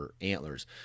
antlers